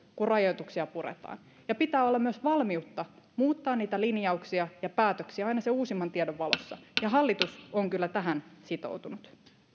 kun rajoituksia puretaan pitää olla myös valmiutta muuttaa niitä linjauksia ja päätöksiä aina sen uusimman tiedon valossa ja hallitus on kyllä tähän sitoutunut